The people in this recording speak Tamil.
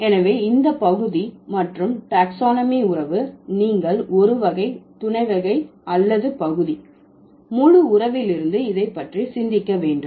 எனவே இந்த பகுதி மற்றும் டாக்ஸானமி உறவு நீங்கள் ஒரு வகை துணைவகை அல்லது பகுதி முழு உறவிலிருந்து இதை பற்றி சிந்திக்க வேண்டும்